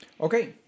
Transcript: Okay